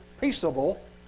peaceable